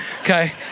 okay